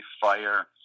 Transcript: fire